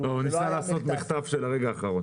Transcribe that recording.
לא, הוא ניסה לעשות מחטף של הרגע האחרון.